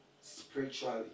spiritually